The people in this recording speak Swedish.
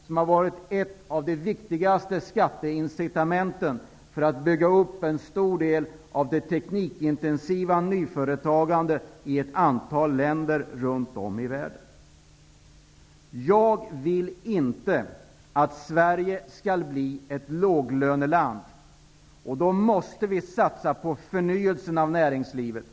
Det har varit ett av den viktigaste skatteincitamenten för att bygga upp en stor del av det teknikintensiva nyföretagandet i ett antal länder runt om i världen. Jag vill inte att Sverige skall bli ett låglöneland. Därför måste vi satsa på förnyelse av näringslivet.